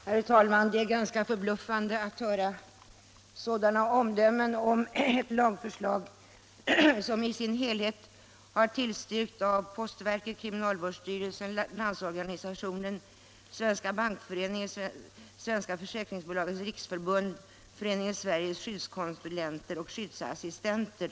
Herr talman! Det är förbluffande att höra sådana omdömen som fru — ken Kristenssons om ett lagförslag som i sin helhet har tillstyrkts av postverket, kriminalvårdsstyrelsen, Landsorganisationen, Svenska bankföreningen, Svenska försäkringsbolagens riksförbund, Föreningen Sveriges skyddskonsulenter och skyddsassistenter.